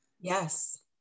Yes